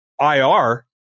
IR